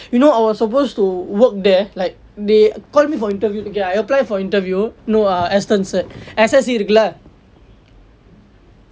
you know I was suppose to work there like they call me for interview ya I apply for interview no ah Astons at S_S_C இருக்குளே:irukkule